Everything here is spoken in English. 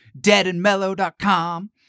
deadandmellow.com